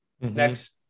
next